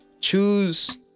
Choose